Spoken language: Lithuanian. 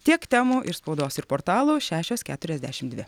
tiek temų iš spaudos ir portalų šešios keturiasdešim dvi